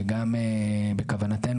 וגם בכוונתנו,